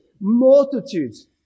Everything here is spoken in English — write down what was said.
multitudes